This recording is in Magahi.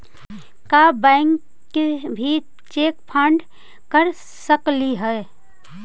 का बैंक भी चेक फ्रॉड कर सकलई हे?